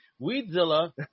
Weedzilla